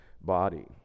body